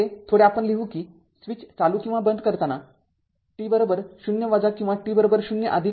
यापुढे थोडे आपण पाहू कि स्विच चालू किंवा बंद करताना t 0 किंवा t 0